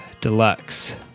Deluxe